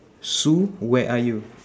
sue where are you